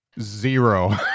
zero